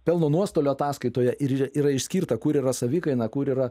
pelno nuostolio ataskaitoje ir yra išskirta kur yra savikaina kur yra